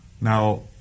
Now